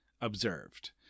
observed